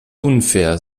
unfair